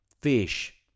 fish